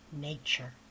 nature